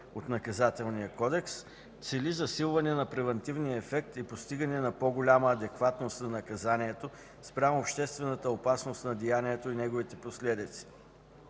от Наказателния кодекс цели засилване на превантивния ефект и постигане на по-голяма адекватност на наказанието спрямо обществената опасност на деянието и неговите последици.